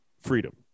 freedom